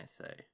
say